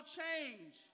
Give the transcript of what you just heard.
change